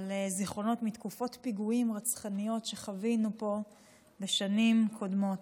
אבל זיכרונות מתקופות פיגועים רצחניות שחווינו פה בשנים קודמות.